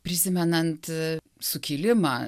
prisimenant sukilimą